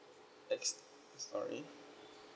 ex~ sorry